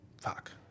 fuck